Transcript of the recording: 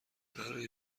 برای